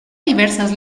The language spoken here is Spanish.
diversas